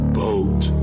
boat